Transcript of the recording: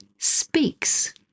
speaks